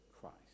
Christ